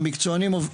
המקצוענים עובדים.